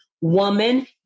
Woman